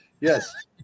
yes